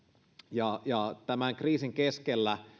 ja ja tämän kriisin keskellä